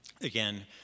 Again